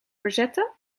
verzetten